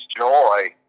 joy